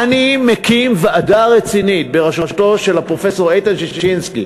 אני מקים ועדה רצינית בראשות הפרופסור איתן ששינסקי